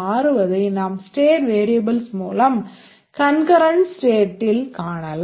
மாறுவதை நாம் state variables concurrent கன்கரன்ட் ஸ்டேட்டில் காணலாம்